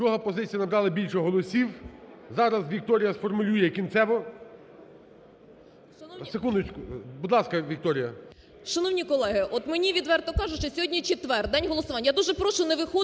Зараз Вікторія сформулює кінцево.